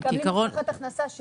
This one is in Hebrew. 70% מהם מקבלים הבטחת הכנסה.